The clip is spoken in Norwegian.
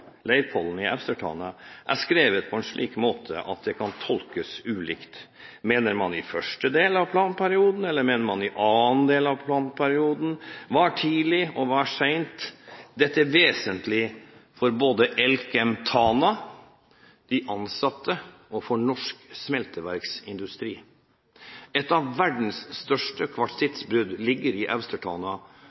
Leirpollen i Austertana, er skrevet på en slik måte at det kan tolkes ulikt. Mener man i første del av planperioden, eller mener man i annen del av planperioden? Hva er tidlig og hva er sent i perioden? Dette er vesentlig for både Elkem Tana, de ansatte og for norsk smelteverksindustri. Et av verdens største kvartsittbrudd ligger i Austertana,